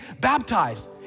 baptized